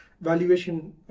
valuation